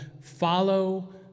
follow